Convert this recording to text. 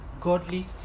godly